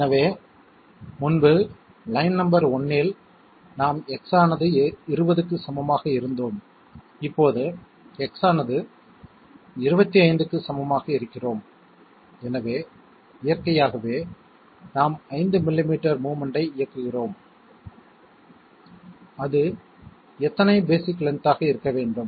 எனவே முன்பு line number 1 இல் நாம் X ஆனது 20 க்கு சமமாக இருந்தோம் இப்போது X ஆனது 25 க்கு சமமாக இருக்கிறோம் எனவே இயற்கையாகவே நாம் 5 மில்லிமீட்டர் மோவ்மென்ட் ஐ இயக்குகிறோம் அது எத்தனை பேஸிக் லென்த் ஆக இருக்க வேண்டும்